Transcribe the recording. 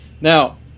now